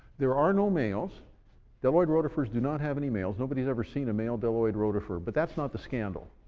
there are no males bdelloid rotifers do not have any males, nobody's ever seen a male bdelloid rotifer. but that's not the scandal